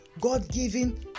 God-given